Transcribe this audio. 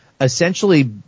essentially